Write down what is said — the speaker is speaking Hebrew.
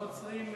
לא עוצרים,